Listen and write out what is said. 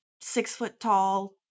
six-foot-tall